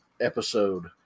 episode